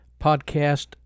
podcast